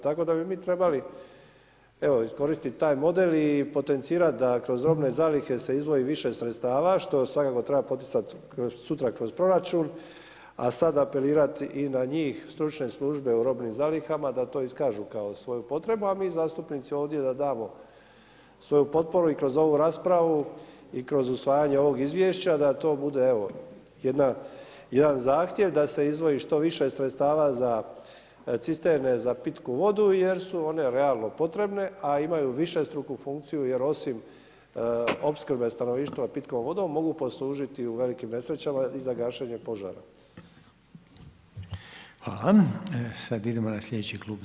Tako da bi mi trebali evo iskoristiti taj model i potencirati da kroz robne zalihe se izdvoji više sredstava što svakako treba poticati sutra kroz proračun a sada apelirati i na njih stručne službe u robnim zalihama da to iskažu kao svoju potrebu a mi zastupnici ovdje da damo svoju potporu i kroz ovu raspravu i kroz usvajanje ovog izvješća da to bude evo jedan zahtjev da se izdvoji što više sredstava za cisterne za pitku vodu jer su one realno potrebne a imaju višestruku funkciju jer osim opskrbe stanovništva pitkom vodom mogu poslužiti u velikim nesrećama i za gašenje požara.